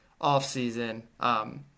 offseason